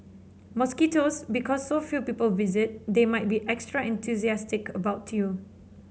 mosquitoes Because so few people visit they might be extra enthusiastic about you